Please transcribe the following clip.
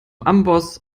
amboss